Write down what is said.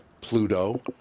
Pluto